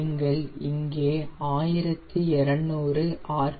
நீங்கள் இங்கே 1200 ஆர்